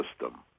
system